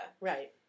Right